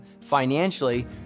financially